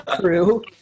True